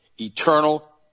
Eternal